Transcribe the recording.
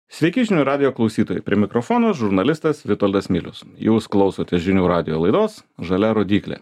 sveiki žinių radijo klausytojai prie mikrofono žurnalistas vitoldas milius jūs klausotės žinių radijo laidos žalia rodyklė